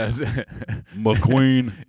McQueen